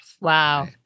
Wow